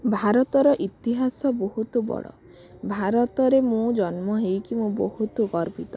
ଭାରତର ଇତିହାସ ବହୁତ ବଡ଼ ଭାରତରେ ମୁଁ ଜନ୍ମ ହେଇକି ମୁଁ ବହୁତ ଗର୍ବିତ